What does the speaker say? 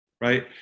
right